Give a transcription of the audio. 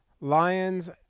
Lions